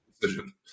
decision